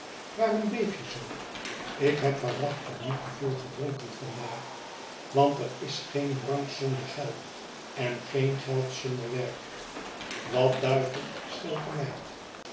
waarom beef je zoo ik heb waarachtig niet te veel gedronken van daag want er is geen drank zonder geld en geen geld zonder werk wat duivel